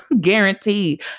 guaranteed